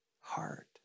heart